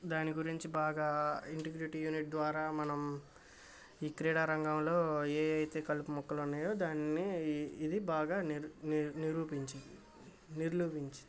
దాని గురించి బాగా ఇంటిగ్రిటీ యూనిట్ ద్వారా మనం ఈ క్రీడారంగంలో ఏయైతే కలుపు మొక్కలున్నాయో దాన్ని ఇది బాగా నిర్ నిరూపించి నిర్లూభించింది